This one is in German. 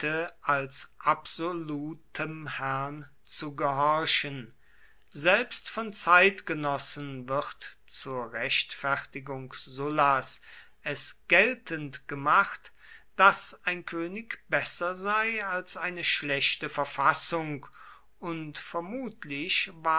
als absolutem herrn zu gehorchen selbst von zeitgenossen wird zur rechtfertigung sullas es geltend gemacht daß ein könig besser sei als eine schlechte verfassung und vermutlich